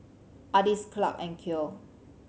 Ardis Clarke and Cleo